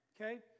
Okay